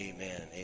Amen